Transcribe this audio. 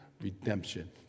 redemption